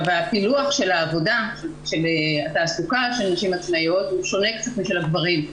הפילוח של התעסוקה של נשים עצמאיות הוא שונה קצת משל הגברים,